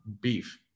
beef